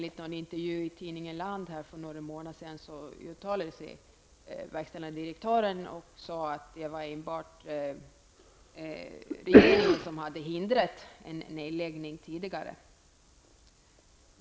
I en intervju i tidningen Land för några månader sedan uttalade sig den verkställande direktören och sade att det enbart var regeringen som hade hindrat en tidigare nedläggning.